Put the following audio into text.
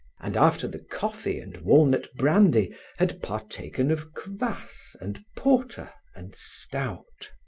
and after the coffee and walnut brandy had partaken of kvas and porter and stout.